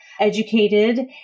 educated